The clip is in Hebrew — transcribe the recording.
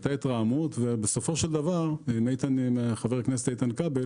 הייתה התרעמות ובסופו של דבר עם חבר הכנסת איתן כבל